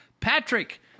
Patrick